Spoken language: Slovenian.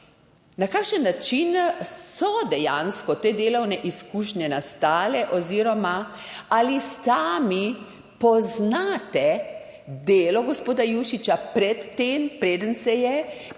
Na kakšen način so dejansko te delovne izkušnje nastale oziroma ali sami poznate delo gospoda Jušića, preden